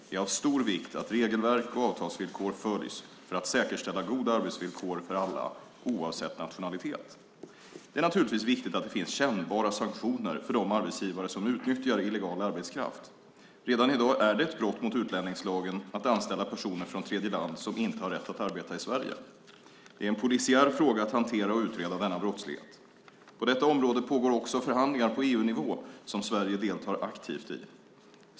Det är av stor vikt att regelverk och avtalsvillkor följs för att säkerställa goda arbetsvillkor för alla oavsett nationalitet. Det är naturligtvis viktigt att det finns kännbara sanktioner för de arbetsgivare som utnyttjar illegal arbetskraft. Redan i dag är det ett brott mot utlänningslagen att anställa personer från tredjeland som inte har rätt att arbeta i Sverige. Det är en polisiär fråga att hantera och utreda denna brottslighet. På detta område pågår också förhandlingar på EU-nivå, som Sverige deltar aktivt i.